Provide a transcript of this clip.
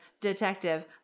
Detective